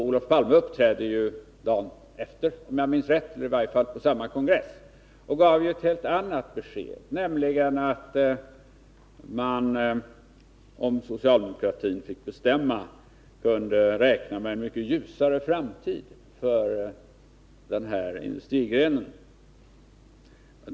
Olof Palme uppträdde ju senare på samma kongress och gav ett helt annat besked, nämligen att man, om socialdemokratin fick bestämma, kunde räkna med en mycket ljusare framtid för den här industrigrenen.